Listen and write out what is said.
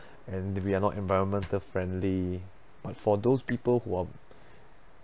and we are not environmental friendly but for those people who are